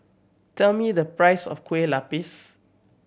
tell me the price of Kuih Lopes